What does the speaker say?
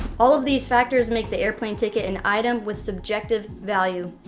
all of these factors make the airplane ticket an item with subjective value.